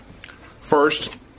First